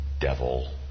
devil